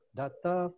data